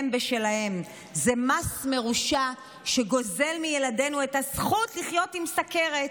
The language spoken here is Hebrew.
הם בשלהם: זה מס מרושע שגוזל מילדינו את הזכות לחיות עם סוכרת.